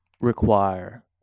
Require